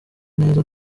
neza